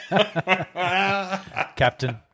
Captain